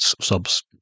subs